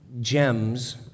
gems